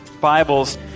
Bibles